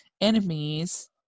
enemies